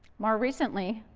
more recently,